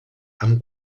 amb